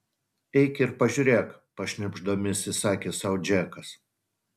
eik ir pažiūrėk pašnibždomis įsakė sau džekas